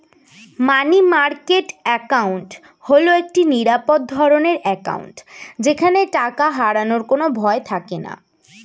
মানি market account হল একটি নিরাপদ ধরনের অ্যাকাউন্ট যেখানে টাকা হারানোর কোনো ভয় থাকেনা